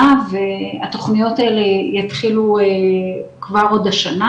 והתוכניות האלה יתחילו כבר עוד השנה,